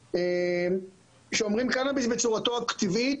כשאומרים קנאביס בצורתו הטבעית,